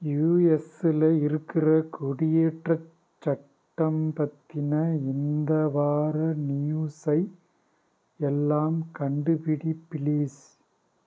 யுஎஸ்ஸில் இருக்கிற குடியேற்றச் சட்டம் பற்றின இந்த வார நியூஸை எல்லாம் கண்டுபிடி பிளீஸ்